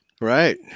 Right